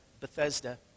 Bethesda